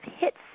hits